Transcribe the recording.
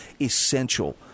essential